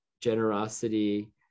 generosity